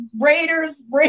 Raiders –